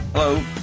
Hello